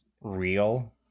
real